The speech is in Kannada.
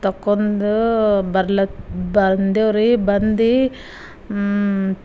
ತೊಕೊಂಡು ಬರ್ಲಾ ಬಂದೇವ್ರಿ ಬಂದು